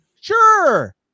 Sure